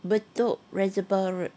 bedok reservoir road